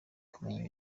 kumenya